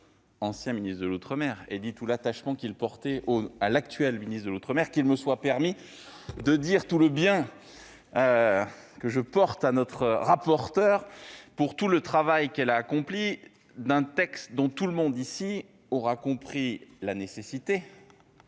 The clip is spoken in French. ancien ministre de l'outre-mer, a dit tout l'attachement qu'il portait à l'actuel ministre de l'outre-mer, qu'il me soit permis de dire tout le bien que je pense de notre rapporteure pour tout le travail qu'elle a accompli. Tout le monde ici aura compris la nécessité